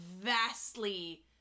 vastly